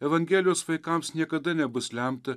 evangelijos vaikams niekada nebus lemta